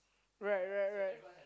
right right right